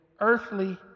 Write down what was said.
earthly